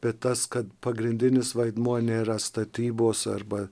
bet tas kad pagrindinis vaidmuo nėra statybos arba